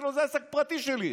כאילו זה עסק פרטי שלי.